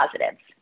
positives